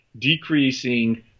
decreasing